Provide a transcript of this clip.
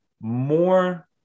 more